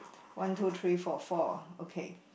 one two three four four okay